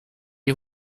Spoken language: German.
die